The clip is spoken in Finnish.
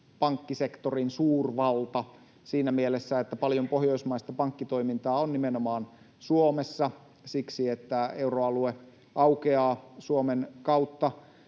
pankkisektorin suurvalta siinä mielessä, että paljon pohjoismaista pankkitoimintaa on nimenomaan Suomessa siksi, että euroalue aukeaa Suomen kautta